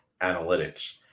analytics